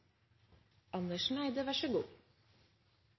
Andersen Eide vil få veldig god